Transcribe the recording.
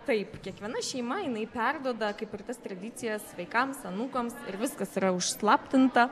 taip kiekviena šeima jinai perduoda kaip ir tas tradicijas vaikams anūkams ir viskas yra užslaptinta